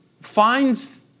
finds